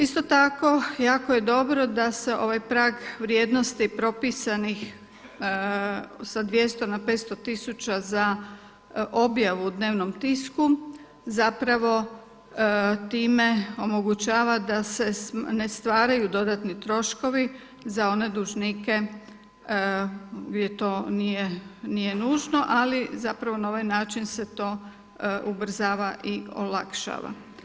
Isto tako jako je dobro da se ovaj prag vrijednosti propisanih s 200 na 500 tisuća za objavu u dnevnom tisku zapravo time omogućava da se ne stvaraju dodatni troškovi za one dužnike gdje to nije nužno, ali zapravo na ovaj način se to ubrzava i olakšava.